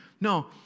No